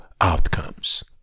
outcomes